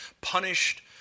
punished